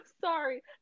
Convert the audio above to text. sorry